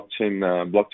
blockchain